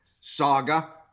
saga